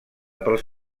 pels